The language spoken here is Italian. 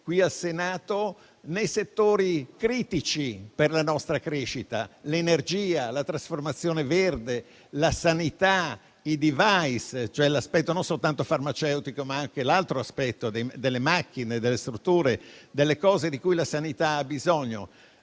ieri in Senato, nei settori critici per la nostra crescita: l'energia, la trasformazione verde, la sanità, i *device* (ossia l'aspetto non soltanto farmaceutico, ma anche delle macchine, delle strutture e delle cose di cui la sanità ha bisogno)